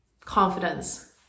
confidence